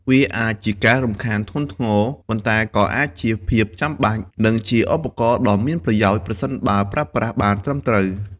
វាអាចជាការរំខានធ្ងន់ធ្ងរ ប៉ុន្តែក៏អាចជាភាពចាំបាច់ និងជាឧបករណ៍ដ៏មានប្រយោជន៍ ប្រសិនបើប្រើប្រាស់បានត្រឹមត្រូវ។